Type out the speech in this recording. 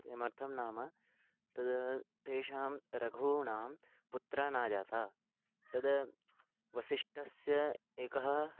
किमर्थं नाम तद् तेषां रघूणां पुत्रः न जातः तद् वसिष्ठस्य एका